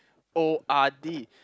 O_R_D